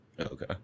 okay